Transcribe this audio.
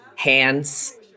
hands